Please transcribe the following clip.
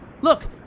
look